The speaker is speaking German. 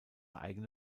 eigene